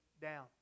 down